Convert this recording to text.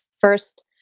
first